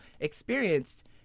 experienced